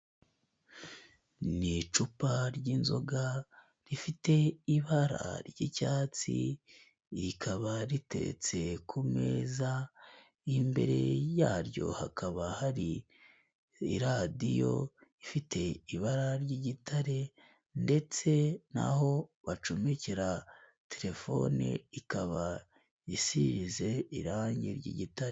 Ni icupa ry'inzoga rifite ibara ry'icyatsi, rikaba riteretse ku meza, imbere yaryo hakaba hari iradiyo ifite ibara ry'igitare ndetse n'aho bacomekira telefone, ikaba isize irangi ry'igitare.